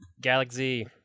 Galaxy